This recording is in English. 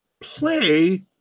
play